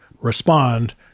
respond